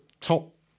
top